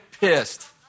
pissed